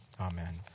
Amen